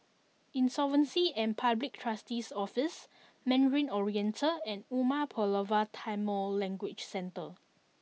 Insolvency and Public Trustee's Office Mandarin Oriental and Umar Pulavar Tamil Language Centre